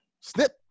Snip